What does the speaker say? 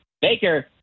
Baker